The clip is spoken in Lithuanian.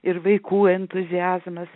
ir vaikų entuziazmas